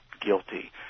guilty